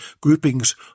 groupings